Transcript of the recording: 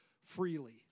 freely